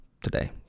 today